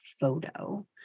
photo